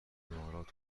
امارات